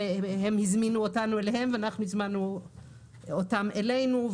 הם הזמינו אותנו אליהם, ואנחנו הזמנו אותם אלינו.